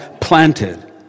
planted